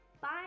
bye